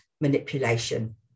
manipulation